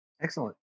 Excellent